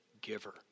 giver